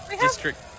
district